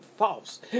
false